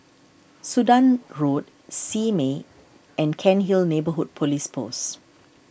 Sudan Road Simei and Cairnhill Neighbourhood Police Post